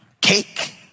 Cake